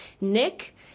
Nick